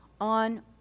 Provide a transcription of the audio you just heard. on